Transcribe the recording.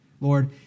Lord